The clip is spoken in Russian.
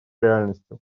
реальностью